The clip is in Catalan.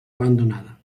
abandonada